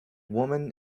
woman